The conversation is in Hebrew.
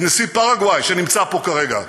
עם נשיא פרגוואי, שנמצא פה כרגע,